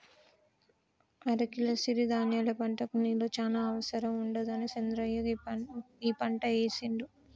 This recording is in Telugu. అరికల సిరి ధాన్యాల పంటకు నీళ్లు చాన అవసరం ఉండదని చంద్రయ్య ఈ పంట ఏశిండు